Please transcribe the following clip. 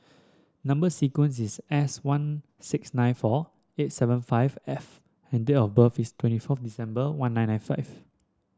number sequence is S one six nine four eight seven five F and date of birth is twenty fourth December one nine nine five